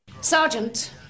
sergeant